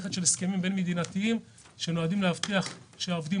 במערכת של הסכמים בין-מדינתיים שנועדים להבטיח שהעובדים